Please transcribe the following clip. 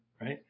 Right